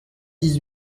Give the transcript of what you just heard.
dix